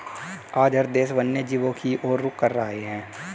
आज हर देश वन्य जीवों की और रुख कर रहे हैं